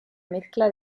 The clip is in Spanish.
mezcla